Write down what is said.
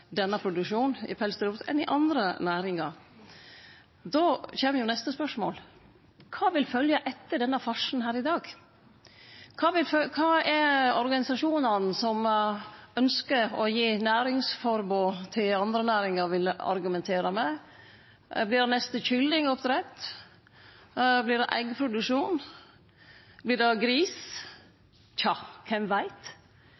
denne farsen her i dag? Kva vil organisasjonane som ønskjer å gi næringsforbod til andre næringar, argumentere med? Vert det neste kyllingoppdrett? Vert det eggproduksjon? Vert det